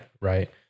right